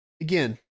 again